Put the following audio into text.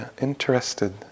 interested